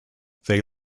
they